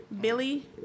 Billy